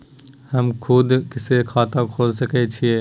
हम खुद से खाता खोल सके छीयै?